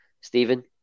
Stephen